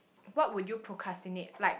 what would you procrastinate like